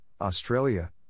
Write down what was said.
Australia